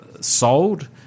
sold